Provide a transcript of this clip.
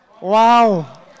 wow